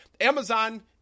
Amazon